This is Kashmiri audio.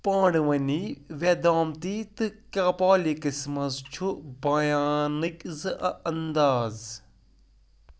پانٛڈؤنی وؠدامتی تہٕ کَپالِکَس منٛز چھُ بیانٕکۍ زٕ اَ اَنٛداز